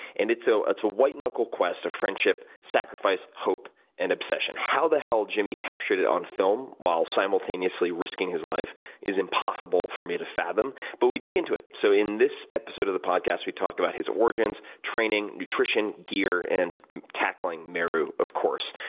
and it's so it's a white-knuckle quest of friendship, sacrifice, hope and obsession. how the hell jimmy captured it on film while simultaneously risking his life is impossible for me to fathom, but we dig into it. so in this episode of the podcast, we talked about his origins, training, nutrition, gear, and tackling meru, of course,